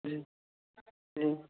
جی جی